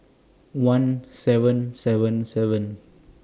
one seven seven seven